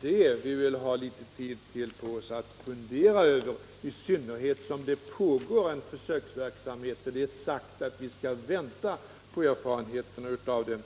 därför vi vill ha litet tid på oss att fundera, i synnerhet som det pågår en försöksverksamhet och det är sagt att vi skall vänta på erfarenheterna av den.